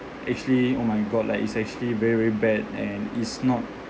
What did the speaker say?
actually oh my god like it's actually very very bad and it's not